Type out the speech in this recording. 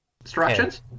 instructions